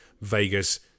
Vegas